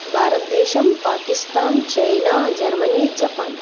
भारतदेशं Pakistan China Germany Japan